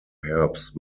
herbst